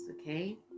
okay